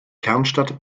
kernstadt